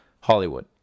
hollywood